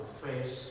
face